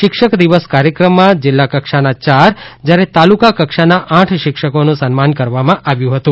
શિક્ષક દિન કાર્યક્રમમાં જિલ્લા કક્ષાના ચાર જ્યારે તાલુકા કક્ષાના આઠ શિક્ષકોનું સન્માન કરવામાં આવ્યું હતું